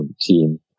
team